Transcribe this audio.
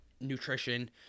nutrition